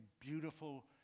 beautiful